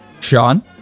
Sean